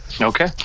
okay